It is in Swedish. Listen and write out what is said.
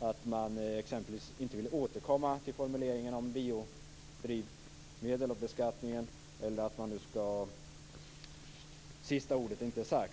att man t.ex. inte vill återkomma till formuleringen om beskattningen av biodrivmedel, men sista ordet är ännu inte sagt.